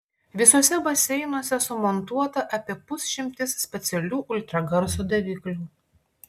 visuose baseinuose sumontuota apie pusšimtis specialių ultragarso daviklių